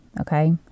okay